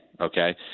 Okay